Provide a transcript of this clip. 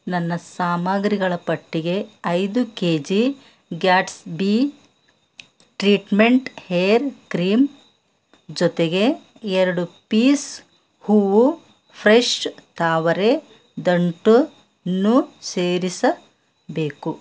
ನನ್ನ ಸಾಮಗ್ರಿಗಳ ಪಟ್ಟಿಗೆ ಐದು K G Gatsby treatment hair cream ಜೊತೆಗೆ ಎರಡು ಪೀಸ್ ಹೂವು ಫ್ರೆಶ್ ತಾವರೆ ದಂಟನ್ನು ಸೇರಿಸಬೇಕು